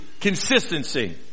Consistency